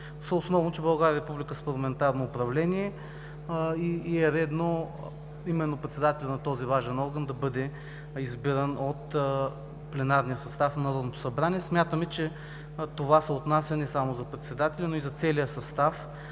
основно са, че България е Република с парламентарно управление и е редно именно председателят на този важен орган да бъде избиран от пленарния състав на Народното събрание. Смятаме, че това се отнася не само за председателя, но и за целия състав